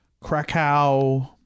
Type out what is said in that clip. krakow